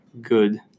good